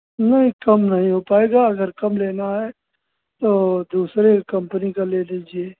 नहीं कम नहीं हो पाएगा अगर कम लेना है तो दूसरे कम्पनी का ले लीजिए